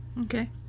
okay